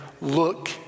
look